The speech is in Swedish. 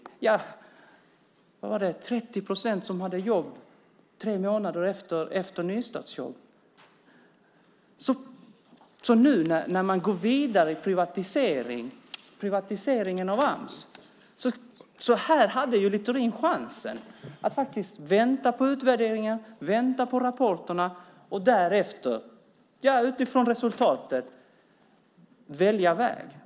Jag tror att det var 30 procent som hade jobb tre månader efter att nystartsjobbet hade påbörjats. Nu går man vidare med privatiseringen av Ams. Här hade Littorin chansen att faktiskt vänta på utvärderingen och vänta på rapporterna, och därefter, utifrån resultatet, välja väg.